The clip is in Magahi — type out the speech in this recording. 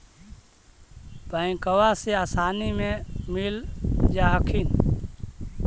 बैंकबा से आसानी मे मिल जा हखिन?